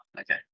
okay